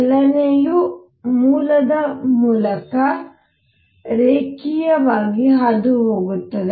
ಚಲನೆಯು ಮೂಲದ ಮೂಲಕ ರೇಖೀಯವಾಗಿ ಹಾದುಹೋಗುತ್ತದೆ